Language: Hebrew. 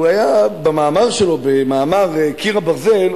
במאמר "קיר הברזל",